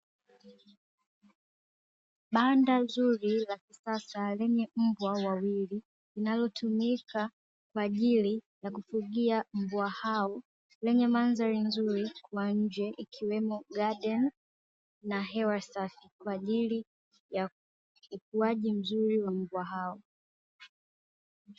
Banda zuri la kisasa lenye mbwa wawili, linalotumika kwa ajili ya kufugia mbwa hao lenye mandhari nzuri kwa nje ikiwemo gadeni na hewa safi kwa ajili ya ukuaji mzuri wa mbwa hao.